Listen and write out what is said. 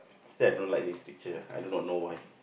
I don't like literature I do not know why